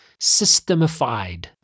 systemified